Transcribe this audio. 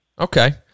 Okay